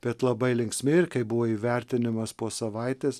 bet labai linksmi ir kai buvo įvertinimas po savaitės